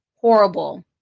horrible